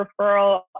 referral